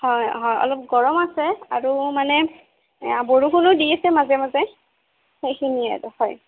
হয় হয় অলপ গৰম আছে আৰু মানে এ বৰষুণো দি আছে মাজে মাজে সেইখিনিয়ে আৰু হয়